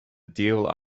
deal